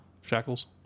Shackles